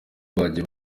bagiye